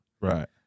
right